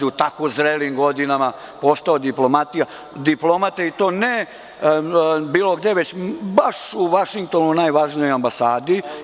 U tako zrelim godinama je postao diplomata, i to ne bilo gde, već u Vašingtonu, u najvažnijoj ambasadi.